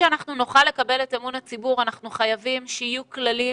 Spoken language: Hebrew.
כדי שנוכל לקבל את אמון הציבור אנחנו חייבים שיהיו כללים